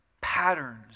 patterns